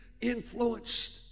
influenced